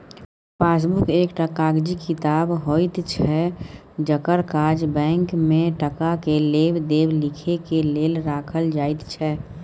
passbook एकटा कागजी किताब होइत छै जकर काज बैंक में टका के लेब देब लिखे के लेल राखल जाइत छै